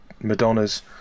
Madonnas